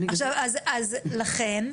לכן,